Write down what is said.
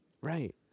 Right